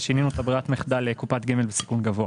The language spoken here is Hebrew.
ושינינו את ברירת המחדל לקופת גמל בסיכון גבוה.